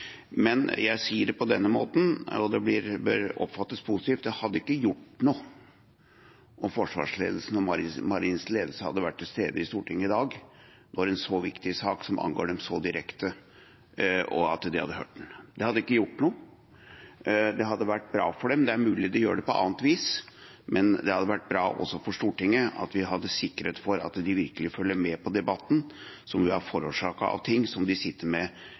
Men – jeg sier det på denne måten, og det bør oppfattes positivt – det hadde ikke gjort noe om forsvarsledelsen og Marinens ledelse hadde vært til stede i Stortinget i dag og hørt på når en så viktig sak, som angår dem så direkte, blir debattert. Det hadde ikke gjort noe. Det hadde vært bra for dem. Det er mulig de gjør det på annet vis, men det hadde vært bra også for Stortinget om vi hadde hatt sikkerhet for at de virkelig følger med på debatten, som er forårsaket av ting som de sitter med